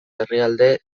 herrialde